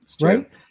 right